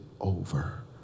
over